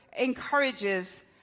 encourages